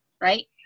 right